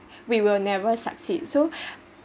we will never succeed so